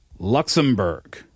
Luxembourg